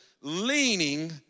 Leaning